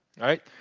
right